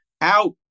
out